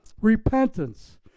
Repentance